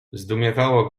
zdumiewało